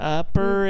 upper